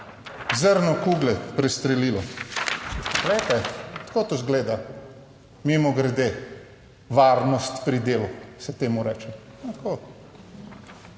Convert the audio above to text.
zrno kugle prestrelilo. Glejte, tako izgleda, mimogrede, varnost pri delu se temu reče, tako.